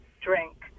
drink